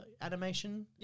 animation